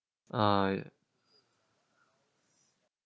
uh